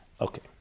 Okay